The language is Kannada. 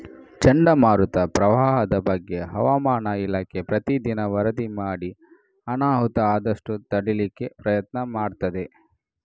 ಚಂಡಮಾರುತ, ಪ್ರವಾಹದ ಬಗ್ಗೆ ಹವಾಮಾನ ಇಲಾಖೆ ಪ್ರತೀ ದಿನ ವರದಿ ಮಾಡಿ ಅನಾಹುತ ಆದಷ್ಟು ತಡೀಲಿಕ್ಕೆ ಪ್ರಯತ್ನ ಮಾಡ್ತದೆ